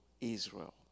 Israel